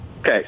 Okay